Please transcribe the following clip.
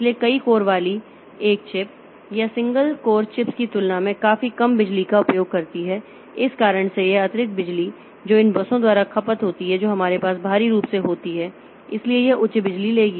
इसलिए कई कोर वाली एक चिप यह कई सिंगल कोर चिप्स की तुलना में काफी कम बिजली का उपयोग करती है इस कारण से यह अतिरिक्त बिजली जो इन बसों द्वारा खपत होती है जो हमारे पास बाहरी रूप से होती है इसलिए यह उच्च बिजली लेगी